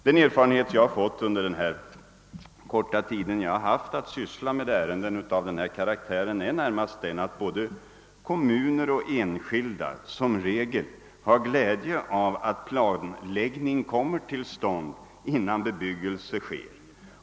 Den erfarenhet jag har fått under den korta tid jag haft att syssla med ärenden av denna karaktär är närmast, att både kommuner och enskilda i regel har glädje av att en planläggning kommer till stånd innan bebyggelse påbörjas.